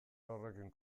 horrekin